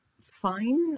fine